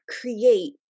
create